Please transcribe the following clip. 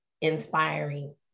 inspiring